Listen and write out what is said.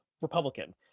republican